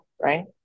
right